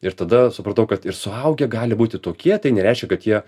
ir tada supratau kad ir suaugę gali būti tokie tai nereiškia kad jie